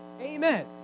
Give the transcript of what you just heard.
Amen